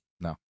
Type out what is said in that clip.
No